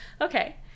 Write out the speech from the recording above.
Okay